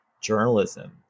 journalism